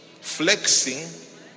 Flexing